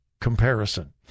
comparison